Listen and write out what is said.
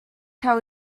how